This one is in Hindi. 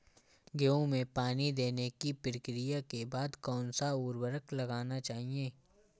गेहूँ में पानी देने की प्रक्रिया के बाद कौन सा उर्वरक लगाना चाहिए?